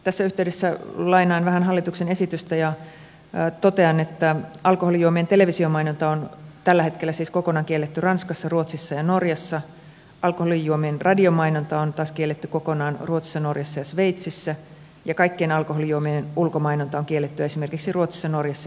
tässä yhteydessä lainaan vähän hallituksen esitystä ja totean että alkoholijuomien televisiomainonta on tällä hetkellä siis kokonaan kielletty ranskassa ruotsissa ja norjassa alkoholijuomien radiomainonta on taas kielletty kokonaan ruotsissa norjassa ja sveitsissä ja kaikkien alkoholijuomien ulkomainonta on kielletty esimerkiksi ruotsissa norjassa ja islannissa